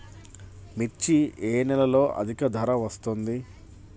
మిర్చి ఏ నెలలో అధిక ధర వస్తుంది?